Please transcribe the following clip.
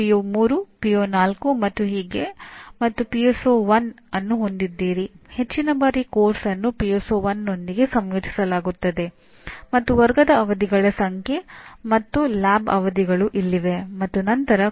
ಪ್ರಸ್ತುತ ಭಾರತದ ಎಲ್ಲಾ ಸಂಸ್ಥೆಗಳು ಈ ಕಾರ್ಯಕ್ರಮದ ಪರಿಣಾಮಗಳ ಮಹತ್ವವನ್ನು ಅಂಗೀಕರಿಸಿದರೂ ಅವುಗಳಲ್ಲಿ ಹೆಚ್ಚಿನವು ಈ ಪರಿಣಾಮಗಳನ್ನು ಸಾಧಿಸಲು ಅನುಕೂಲವಾಗುವಂತಹ ಕಲಿಕೆಯ ಅನುಭವಗಳನ್ನು ಸಮರ್ಪಕವಾಗಿ ಸೇರಿಸಿಕೊಳ್ಳುವ ಪ್ರಯತ್ನಗಳನ್ನು ಇನ್ನೂ ಮಾಡಿಲ್ಲ